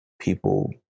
people